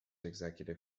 executive